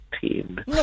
team